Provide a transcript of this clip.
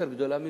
יותר גדולה מזו?